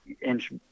inch